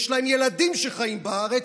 יש להם ילדים שחיים בארץ,